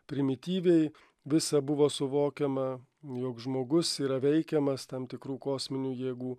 primityviai visa buvo suvokiama jog žmogus yra veikiamas tam tikrų kosminių jėgų